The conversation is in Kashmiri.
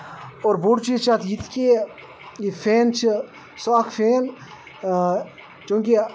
اور بوٚڑ چیٖز چھُ اَتھ یہِ کہِ یہِ فین چھُ سُہ اکھ فین چوٗنکہِ